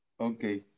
Okay